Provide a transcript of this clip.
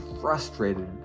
frustrated